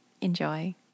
Enjoy